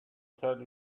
tell